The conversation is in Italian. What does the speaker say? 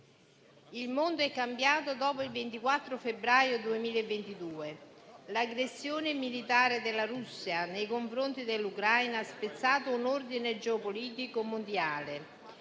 il mondo è cambiato dopo il 24 febbraio 2022. L'aggressione militare della Russia nei confronti dell'Ucraina ha spezzato un ordine geopolitico mondiale